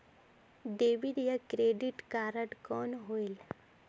Debit या credit card कौन होएल?